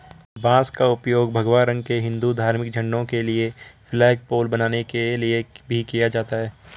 बांस का उपयोग भगवा रंग के हिंदू धार्मिक झंडों के लिए फ्लैगपोल बनाने के लिए भी किया जाता है